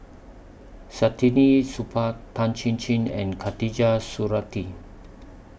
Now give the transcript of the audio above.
Saktiandi Supaat Tan Chin Chin and Khatijah Surattee